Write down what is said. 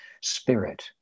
spirit